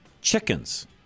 Chickens